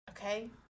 Okay